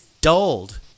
dulled